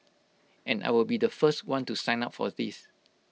and I will be the first one to sign up for these